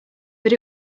but